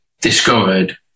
discovered